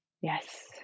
Yes